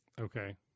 Okay